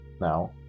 Now